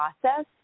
process